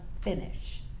finish